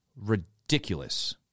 ridiculous